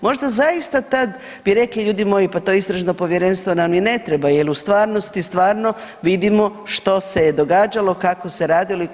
Možda zaista tad bi rekli, ljudi moji, pa to Istražno povjerenstvo nam ni ne treba jer u stvarnosti stvarno vidimo što se je događalo, kako se radilo i kako je.